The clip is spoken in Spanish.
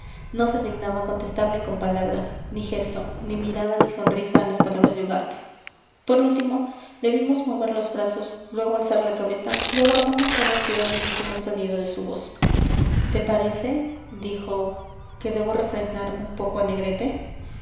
no se dignaba contestar ni con palabras ni gesto ni mirada ni sonrisa a las palabras de ugarte por último le vimos mover los brazos luego alzar la cabeza y aguardamos con ansiedad vivísima el sonido de su voz te parece dijo que debo refrenar un poco a negrete